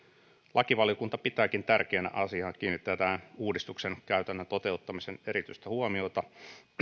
lakivaliokunta pitääkin tärkeänä asiana kiinnittää tähän uudistuksen käytännön toteuttamiseen erityistä huomiota